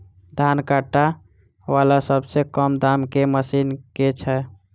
धान काटा वला सबसँ कम दाम केँ मशीन केँ छैय?